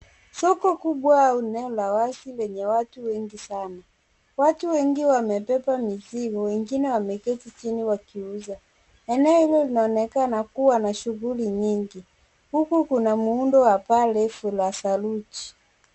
Soko kubwa eneo la wazi lenye watu wengi sana. Watu wengi wamebeba mizigo wengine wameketi chini wakiuza. Eneo hilo linaonekana kuwa na shughuli nyingi huku kuna muundo wa paa refu la saruji.